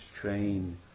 train